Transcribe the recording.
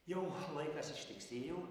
jau laikas ištiksėjo